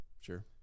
Sure